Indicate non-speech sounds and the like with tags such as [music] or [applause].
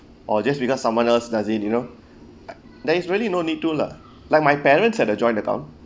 or just because someone else does it you know [breath] uh there is really no need to lah like my parents had a joint account